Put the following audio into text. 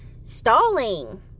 stalling